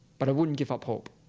but i wouldn't give up hope.